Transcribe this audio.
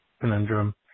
conundrum